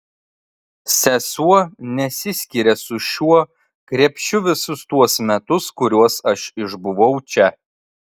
sesuo nesiskiria su šiuo krepšiu visus tuos metus kuriuos aš išbuvau čia